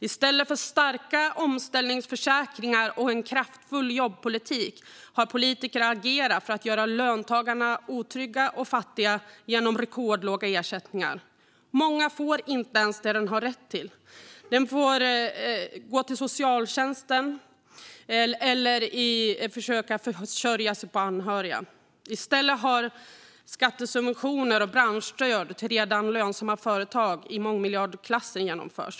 I stället för starka omställningsförsäkringar och en kraftfull jobbpolitik har politiker agerat för att göra löntagarna otrygga och fattiga genom rekordlåga ersättningar. Många får inte ens det de har rätt till. De får gå till socialtjänsten eller får försöka försörja sig på anhöriga. I stället har skattesubventioner och branschstöd till redan lönsamma företag i mångmiljardklassen genomförts.